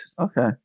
Okay